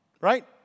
right